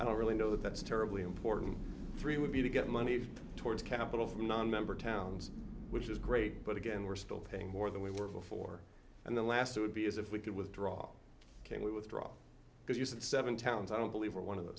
i don't really know that's terribly important three would be to get money towards capital from nonmember towns which is great but again we're still paying more than we were before and the last would be as if we could withdraw can we withdraw because you said seven towns i don't believe are one of th